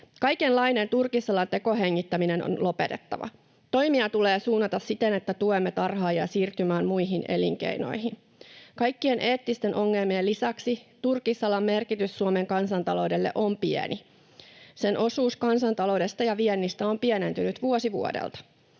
Kaikenlainen turkisalan tekohengittäminen on lopetettava. Toimia tulee suunnata siten, että tuemme tarhaajia siirtymään muihin elinkeinoihin. Kaikkien eettisten ongelmien lisäksi turkisalan merkitys Suomen kansantaloudelle on pieni. Sen osuus kansantaloudesta ja viennistä on pienentynyt vuosi vuodelta.